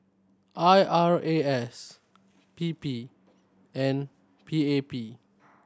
I R A S P P and P A P